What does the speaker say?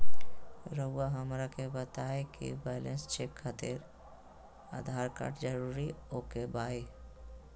रउआ हमरा के बताए कि बैलेंस चेक खातिर आधार कार्ड जरूर ओके बाय?